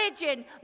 religion